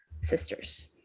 sisters